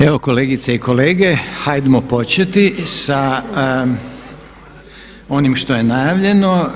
Evo kolegice i kolege hajdemo početi sa onim što je najavljeno.